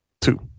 two